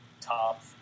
Top